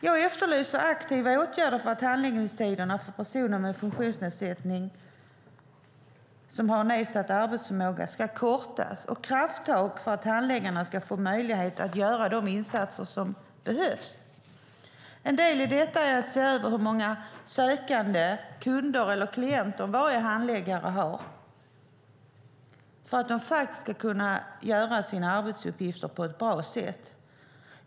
Jag efterlyser aktiva åtgärder för att handläggningstiderna för personer med funktionsnedsättning som har nedsatt arbetsförmåga ska kortas och krafttag för att handläggarna ska få möjlighet att göra de insatser som behövs. En del i detta är att se över hur många sökande, kunder eller klienter varje handläggare har för att de faktiskt ska kunna utföra sina arbetsuppgifter på ett bra sätt.